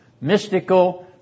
Mystical